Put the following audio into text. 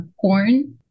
corn